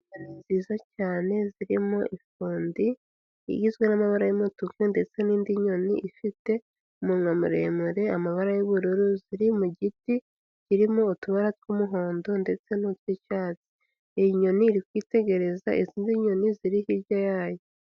Inyoni nziza cyane zirimo ifundi, igizwe n'amabara y'umutuku, ndetse n'indi nyoni ifite umunwa muremure, amabara y'ubururu, ziri mu giti, irimo utubara tw'umuhondo ndetse n'utw'icyatsi, iyi nyoni iri kwitegereza izindi nyoni ziri hirya yayo.